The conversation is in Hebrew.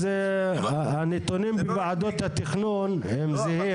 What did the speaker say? אז הנתונים בוועדות התכנון הם זהים.